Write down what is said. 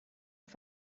auf